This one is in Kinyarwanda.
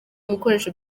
ibikoresho